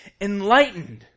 enlightened